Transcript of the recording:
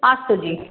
अस्तु जि